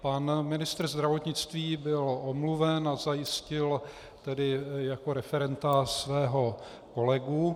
Pan ministr zdravotnictví byl omluven a zajistil tedy jako referenta svého kolegu.